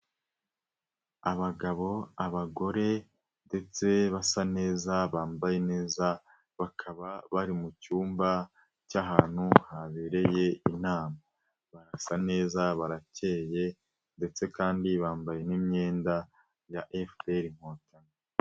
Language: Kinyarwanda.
Abagabo, abagore ndetse basa neza, bambaye neza, bakaba bari mu cyumba cy'ahantu habereye inama, barasa neza, barakeye ndetse kandi bambaye n'imyenda ya FPR Inkotanyi.